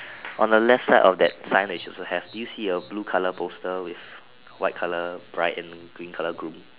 on the left side of that sign that she also have did you see a blue colour poster with white colour bride and green colour groom